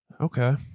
Okay